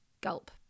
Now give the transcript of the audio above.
Gulp